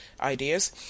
ideas